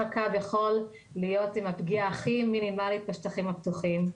הקו יוכל להיות עם הפגיעה המינימלית בשטחים הפתוחים.